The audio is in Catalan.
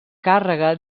càrrega